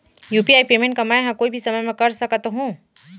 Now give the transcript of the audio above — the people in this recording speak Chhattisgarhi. यू.पी.आई पेमेंट का मैं ह कोई भी समय म कर सकत हो?